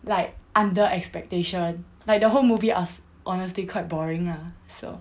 like under expectation like the whole movie was was honestly quite boring lah so